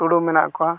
ᱴᱩᱰᱩ ᱢᱮᱱᱟᱜ ᱠᱚᱣᱟ